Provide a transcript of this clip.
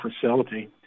facility